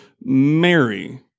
Mary